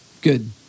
good